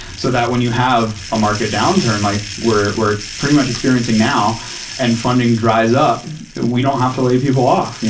so that when you have a market downturn, like we're we're pretty much experiencing now and funding dries up, we don't have to lay people off.